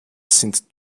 sind